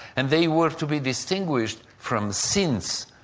and they were to be distinguished from sins,